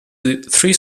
three